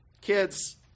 Kids